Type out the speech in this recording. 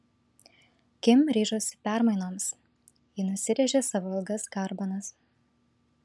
kim ryžosi permainoms ji nusirėžė savo ilgas garbanas